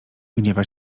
gniewa